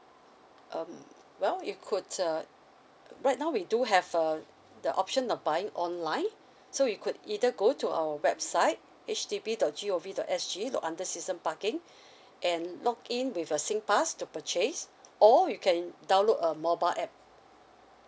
um well you could uh right now we do have uh the option of buying online so you could either go to our website H D B dot G O V dot S G look under season parking and log in with your singpass to purchase or you can download a mobile app